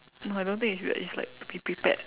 no I don't think it's weird it's like to be prepared